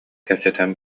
кэпсэтэн